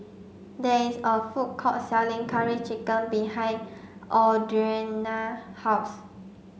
there is a food court selling curry chicken behind Audrianna house